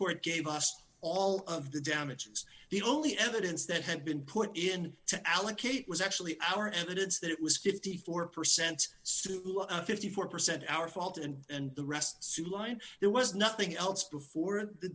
court gave us all of the damages the only evidence that had been put in to allocate was actually our evidence that it was fifty four percent fifty four percent our fault and and the rest sue line there was nothing else before the